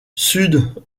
sud